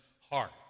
heart